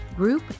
Group